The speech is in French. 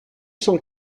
cent